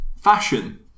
fashion